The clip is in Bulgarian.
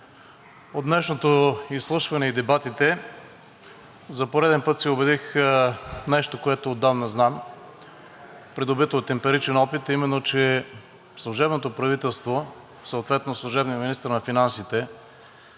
От днешното изслушване и дебатите за пореден път се убедих за нещо, което отдавна знам, придобито от емпиричен опит, а именно, че служебното правителство и служебният министър на финансите